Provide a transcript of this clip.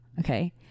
Okay